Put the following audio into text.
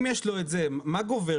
אם יש לו את זה, מה גובר?